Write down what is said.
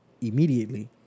immediately